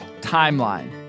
timeline